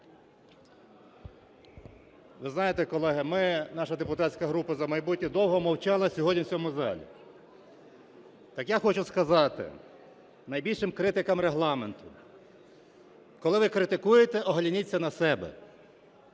Ви знаєте, колеги, ми, наша депутатська група "За майбутнє" довго мовчали сьогодні в цьому залі. Так я хочу сказати найбільшим критикам Регламенту: коли ви критикуєте, огляніться на себе.